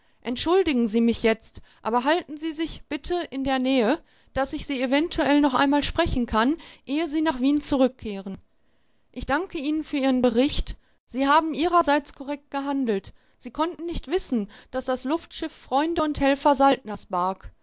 entschuldigen sie mich jetzt aber halten sie sich bitte in der nähe daß ich sie eventuell noch einmal sprechen kann ehe sie nach wien zurückkehren ich danke ihnen für ihren bericht sie haben ihrerseits korrekt gehandelt sie konnten nicht wissen daß das luftschiff freunde und helfer saltners barg